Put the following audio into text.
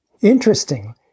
Interesting